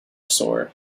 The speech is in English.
soar